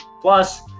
Plus